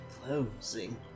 Closing